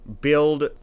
build